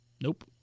Nope